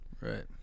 right